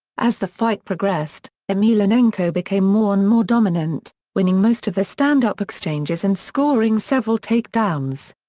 as the fight progressed, emelianenko became more and more dominant, winning most of the stand up exchanges and scoring several takedowns.